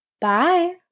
Bye